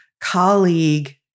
colleague